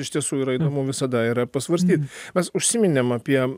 iš tiesų yra įdomu visada yra ir pasvarstyt mes užsiminėm apie